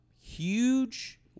Huge